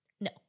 No